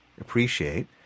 appreciate